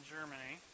Germany